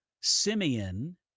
Simeon